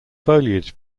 foliage